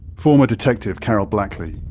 former detective karol blackley.